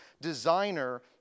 designer